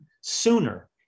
sooner